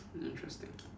interesting